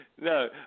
No